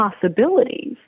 possibilities